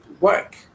work